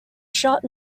shot